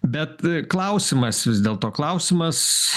bet klausimas vis dėlto klausimas